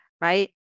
Right